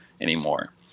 anymore